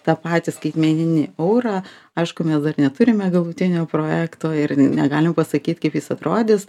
tą patį skaitmeninį aurą aišku mes dar neturime galutinio projekto ir negalim pasakyt kaip jis atrodys